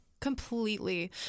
completely